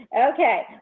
Okay